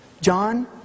John